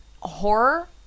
horror